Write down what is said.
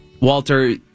Walter